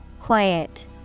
Quiet